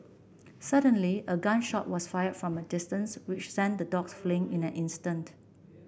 suddenly a gun shot was fire from a distance which sent the dogs fleeing in an instant